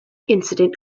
incident